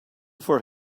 for